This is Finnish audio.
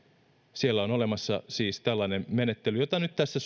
siellä on olemassa siis tällainen menettely jota nyt tässä